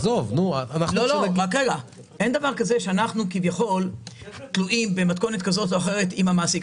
אין דבר כזה שאנחנו כביכול תלויים במתכונת כזאת ואחרת עם המעסיק.